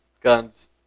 guns